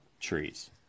trees